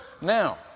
Now